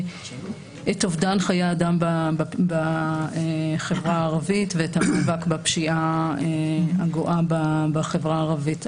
אובדן חיי האדם בחברה הערבית ואת המאבק בפשיעה הגואה בחברה הערבית.